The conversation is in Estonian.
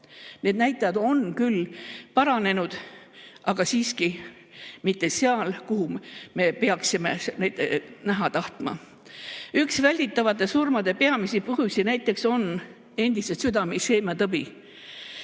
Need näitajad on küll paranenud, aga siiski mitte seal, kus me tahaksime näha. Üks välditavate surmade peamisi põhjusi näiteks on endiselt südame isheemiatõbi.